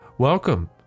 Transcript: Welcome